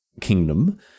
kingdom